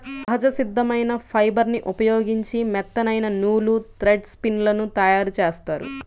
సహజ సిద్ధమైన ఫైబర్ని ఉపయోగించి మెత్తనైన నూలు, థ్రెడ్ స్పిన్ లను తయ్యారుజేత్తారు